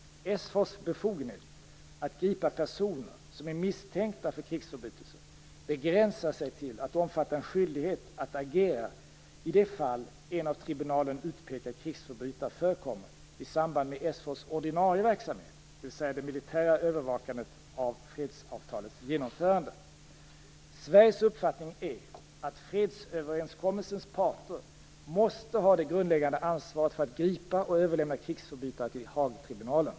SFOR:s befogenhet att gripa personer som är misstänkta för krigsförbrytelser begränsar sig till att omfatta en skyldighet att agera i de fall en av tribunalen utpekad krigsförbrytare förekommer i samband med Sveriges uppfattning är att fredsöverenskommelsens parter måste ha det grundläggande ansvaret för att gripa och överlämna krigsförbrytare till Haagtribunalen.